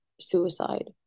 suicide